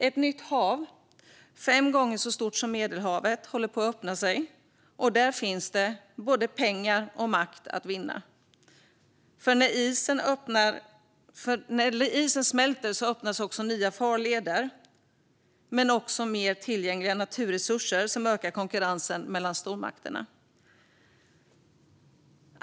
Ett nytt hav, fem gånger så stort som Medelhavet, håller på att öppna sig, och där finns både pengar och makt att vinna. När isen smälter öppnas också nya farleder och fler tillgängliga naturresurser som ökar konkurrensen mellan stormakterna.